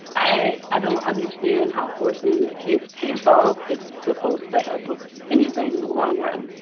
i, i don't understand how forcing a kid's pants off is supposed to help with anything in the long run.